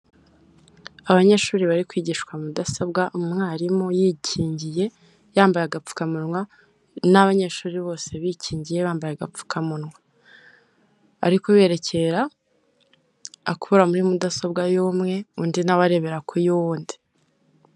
Abanyeshuri bari kwigishwa mudasobwa. Umwarimu yikingiye, yambaye agapfukamunwa n'abanyeshuri bose bikingiye bambaye agapfukamunwa. Ari kuberekera akura muri mudasobwa y'ubumwe, undi nawe arebera ku y'uwundi.